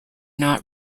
not